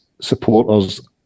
supporters